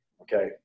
Okay